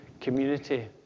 community